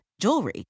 jewelry